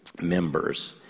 members